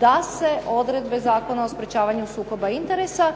da se odredbe Zakona o sprječavanju sukoba interesa